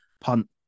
punt